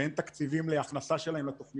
יש להם אנשים טובים,